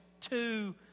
two